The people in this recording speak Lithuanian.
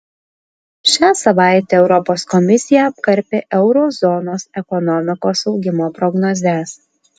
šią savaitę europos komisija apkarpė euro zonos ekonomikos augimo prognozes